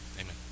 Amen